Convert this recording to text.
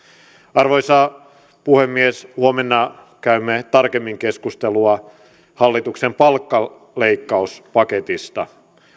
arvoisa puhemies huomenna käymme tarkemmin keskustelua hallituksen palkkaleikkauspaketista